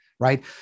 Right